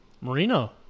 Marino